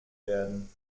werden